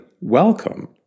welcome